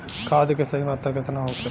खाद्य के सही मात्रा केतना होखेला?